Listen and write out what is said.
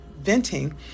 venting